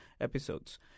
episodes